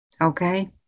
Okay